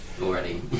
already